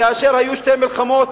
היו שתי מלחמות,